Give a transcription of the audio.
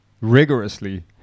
rigorously